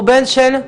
הוא בן של?